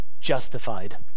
justified